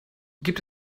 gibt